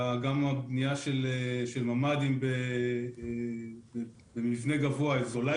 וגם הבנייה של ממ"דים במבנה גבוה היא זולה